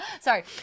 Sorry